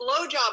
blowjob